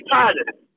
positive